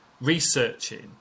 researching